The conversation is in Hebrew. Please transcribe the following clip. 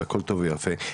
והכל טוב ויפה.